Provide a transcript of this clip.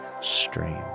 stream